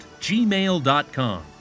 gmail.com